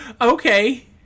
Okay